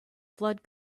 flood